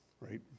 right